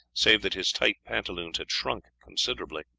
save that his tight pantaloons had shrunk considerably.